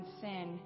sin